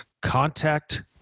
contact